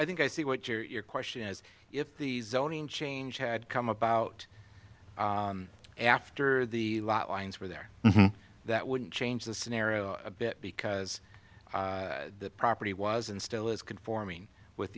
i think i see what your question is if the zoning change had come about after the lot lines were there that would change the scenario a bit because the property was and still is conforming with